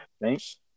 Thanks